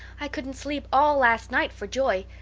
i couldn't sleep all last night for joy.